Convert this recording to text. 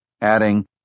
adding